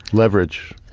leverage,